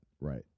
Right